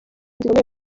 zikomeye